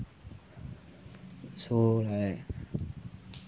so right